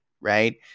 Right